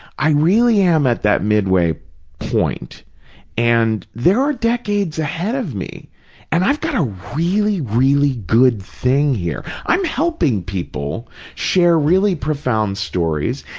i really am at that midway point and there are decades ahead of me and i've got a really, really good thing here. i'm helping people share really profound stories,